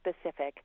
specific